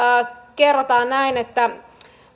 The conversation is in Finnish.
kerrotaan näin että